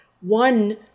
One